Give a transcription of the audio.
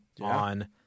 on